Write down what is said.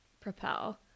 Propel